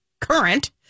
current